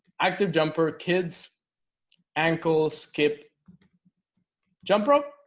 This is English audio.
active jumper kids ankle. skip jump rope